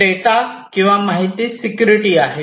data किंवा माहिती security आहे